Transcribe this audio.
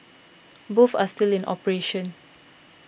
both are still in operation